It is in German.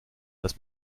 dass